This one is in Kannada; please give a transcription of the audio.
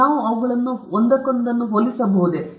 ನಾವು ಅವುಗಳನ್ನು ಒಂದಕ್ಕೊಂದು ಹೋಲಿಸಬಹುದೇ